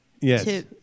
Yes